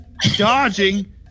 dodging